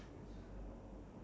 are you calling them